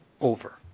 over